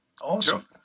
Awesome